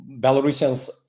Belarusians